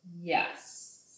Yes